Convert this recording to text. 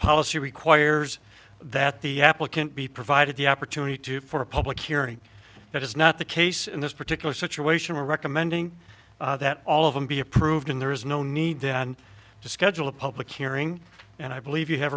policy requires that the applicant be provided the opportunity to for a public hearing that is not the case in this particular situation recommending that all of them be approved in there is no need to schedule a public hearing and i believe you have